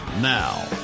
Now